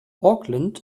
auckland